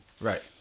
Right